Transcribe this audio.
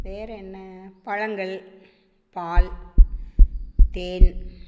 வேறே என்ன பழங்கள் பால் தேன்